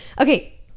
Okay